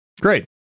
Great